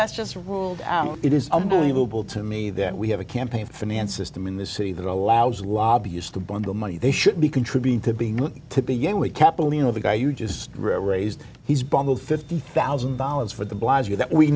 that's just ruled out it is unbelievable to me that we have a campaign finance system in this city that allows lobbyist to bundle money they should be contributed to being to begin with capital you know the guy you just raised he's bought fifty thousand dollars for the blogger that we